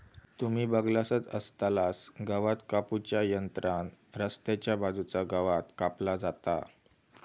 तुम्ही बगलासच आसतलास गवात कापू च्या यंत्रान रस्त्याच्या बाजूचा गवात कापला जाता